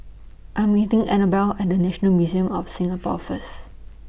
I Am meeting Annabell At National Museum of Singapore First